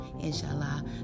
inshallah